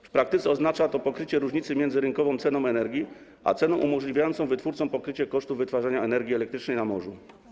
W praktyce oznacza to pokrycie różnicy między rynkową ceną energii a ceną umożliwiającą wytwórcom pokrycie kosztów wytwarzania energii elektrycznej na morzu.